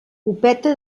copeta